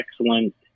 excellent